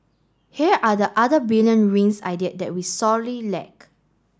here are the other brilliant rings idea that we sorely lack